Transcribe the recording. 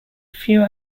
few